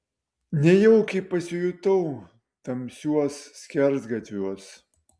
nejaukiai pasijutau tamsiuos skersgatviuos